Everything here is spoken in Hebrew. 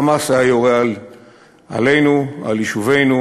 ה"חמאס" היה יורה עלינו, על יישובינו,